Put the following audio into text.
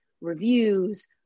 reviews